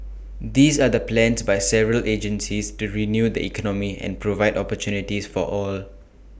these are the plans by several agencies to renew the economy and provide opportunities for all